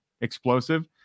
explosive